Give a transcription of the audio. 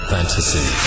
fantasy